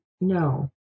no